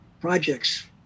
projects